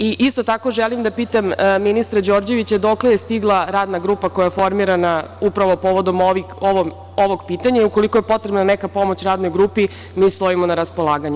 Isto tako, želim da pitam ministra Đorđevića, dokle je stigla radna grupa koja je formirana upravo povodom ovog pitanja, i ukoliko je potrebna neka pomoć radnoj grupi, mi stojimo na raspolaganju?